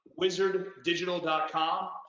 wizarddigital.com